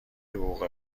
حقوق